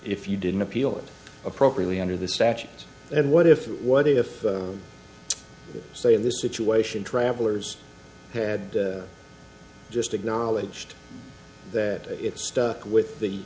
if you didn't appeal it appropriately under the statutes and what if what if say this situation travelers had just acknowledged that it stuck with the